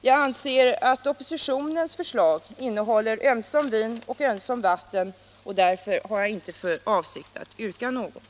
Jag anser att oppositionens förslag innehåller ömsom vin och ömsom vatten. Därför har jag inte för avsikt att yrka något.